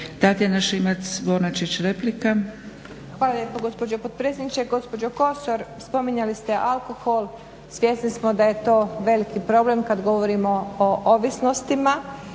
**Šimac Bonačić, Tatjana (SDP)** Hvala lijepo gospođo potpredsjednice. Gospođo Kosor, spominjali ste alkohol. Svjesni smo da je to veliki problem kada govorimo o ovisnostima